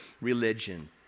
religion